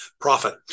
profit